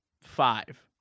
five